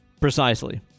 Precisely